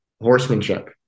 horsemanship